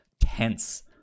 tense